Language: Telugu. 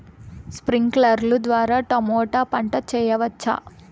స్ప్రింక్లర్లు ద్వారా టమోటా పంట చేయవచ్చా?